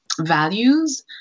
values